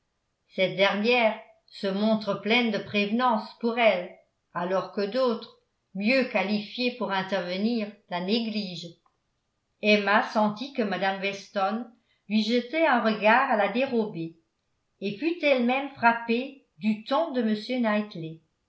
cette dernière se montre pleine de prévenances pour elle alors que d'autres mieux qualifiées pour intervenir la négligent emma sentit que mme weston lui jetait un regard à la dérobée et fut elle-même frappée du ton de